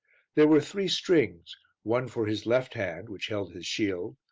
there were three strings one for his left hand, which held his shield,